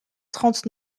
trente